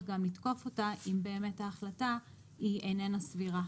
גם לתקוף אותה אם באמת ההחלטה היא איננה סבירה.